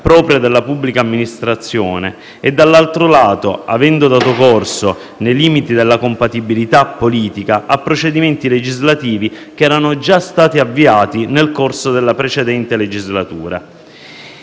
propria della pubblica amministrazione, e, dall'altro lato, avendo dato corso - nei limiti della compatibilità politica - a procedimenti legislativi che erano già stati avviati nel corso della precedente legislatura.